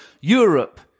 Europe